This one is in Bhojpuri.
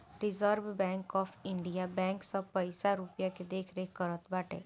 reserve bank of India bank सब पईसा रूपया के देखरेख करत बाटे